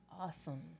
Awesome